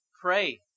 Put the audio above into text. Pray